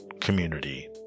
community